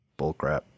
bullcrap